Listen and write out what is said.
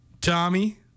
Tommy